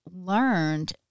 learned